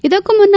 ಇದಕ್ಕೂ ಮುನ್ನ